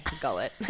gullet